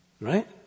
Right